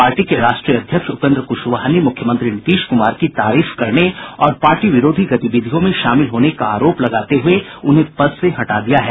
party के राष्ट्रीय अध्यक्ष उपेन्द्र क्शवाहा ने मुख्यमंत्री नीतीश कुमार की तारीफ करने और पार्टी विरोधी गतिविधियों में शामिल होने का आरोप लगाते हुए उन्हें पद से हटा दिया है